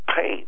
pain